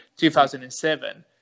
2007